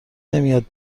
نمیاد